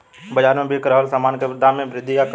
बाज़ार में बिक रहल सामान के दाम में वृद्धि या कमी कब होला?